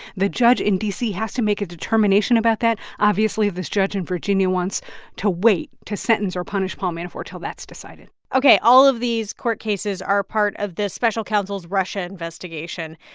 the judge in d c. has to make a determination about that. obviously, this judge in virginia wants to wait to sentence or punish paul manafort till that's decided ok. all of these court cases are part of this special counsel's russia investigation.